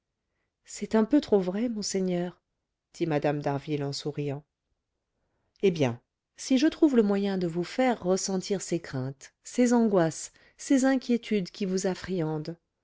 c'est un peu trop vrai monseigneur dit mme d'harville en souriant eh bien si je trouve le moyen de vous faire ressentir ces craintes ces angoisses ces inquiétudes qui vous